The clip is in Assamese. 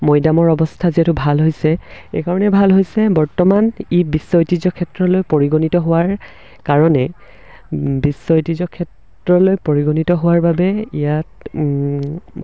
মৈদামৰ অৱস্থা যিহেতু ভাল হৈছে এইকাৰণে ভাল হৈছে বৰ্তমান ই বিশ্ব ঐতিহ্য ক্ষেত্ৰলৈ পৰিগণিত হোৱাৰ কাৰণে বিশ্ব ঐতিহ্য ক্ষেত্ৰলৈ পৰিগণিত হোৱাৰ বাবে ইয়াত